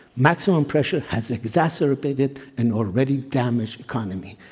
maximum pressure has exacerbated an already damaged economy,